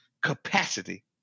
capacity